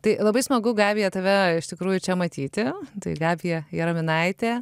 tai labai smagu gabija tave iš tikrųjų čia matyti tai gabija jaraminaitė